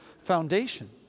foundation